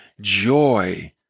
joy